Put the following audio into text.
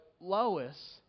Lois